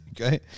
okay